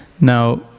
Now